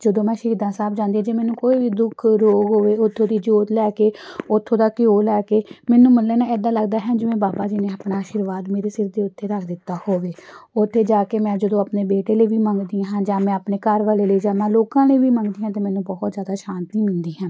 ਜਦੋਂ ਮੈਂ ਸ਼ਹੀਦਾਂ ਸਾਹਿਬ ਜਾਂਦੀ ਹਾਂ ਜੇ ਮੈਨੂੰ ਕੋਈ ਵੀ ਦੁੱਖ ਰੋਗ ਹੋਵੇ ਉੱਥੋਂ ਦੀ ਜੋਤ ਲੈ ਕੇ ਉੱਥੋਂ ਦਾ ਘਿਓ ਲੈ ਕੇ ਮੈਨੂੰ ਮਲਣ ਨਾਲ ਇੱਦਾਂ ਲੱਗਦਾ ਹੈ ਜਿਵੇਂ ਬਾਬਾ ਜੀ ਨੇ ਆਪਣਾ ਆਸ਼ੀਰਵਾਦ ਮੇਰੇ ਸਿਰ 'ਤੇ ਉੱਤੇ ਰੱਖ ਦਿੱਤਾ ਹੋਵੇ ਉੱਥੇ ਜਾ ਕੇ ਮੈਂ ਜਦੋਂ ਆਪਣੇ ਬੇਟੇ ਲਈ ਵੀ ਮੰਗਦੀ ਹਾਂ ਜਾਂ ਮੈਂ ਆਪਣੇ ਘਰ ਵਾਲੇ ਲਈ ਜਾ ਮੈਂ ਲੋਕਾਂ ਲਈ ਵੀ ਮੰਗਦੀ ਹਾਂ ਤਾਂ ਮੈਨੂੰ ਬਹੁਤ ਜ਼ਿਆਦਾ ਸ਼ਾਂਤੀ ਮਿਲਦੀ ਹੈ